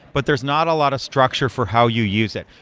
but there's not a lot of structure for how you use it.